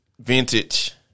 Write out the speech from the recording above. vintage